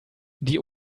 die